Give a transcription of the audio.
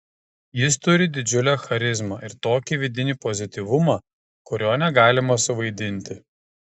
jis turi didžiulę charizmą ir tokį vidinį pozityvumą kurio negalima suvaidinti